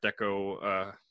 deco